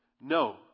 No